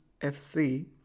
FC